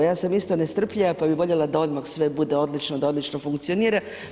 Ja sam isto nestrpljiva pa bih voljela da odmah sve bude odlično, da odlično funkcionira.